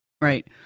right